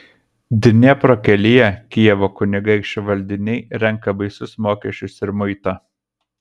dniepro kelyje kijevo kunigaikščio valdiniai renka baisius mokesčius ir muitą